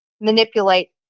manipulate